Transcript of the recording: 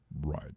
Right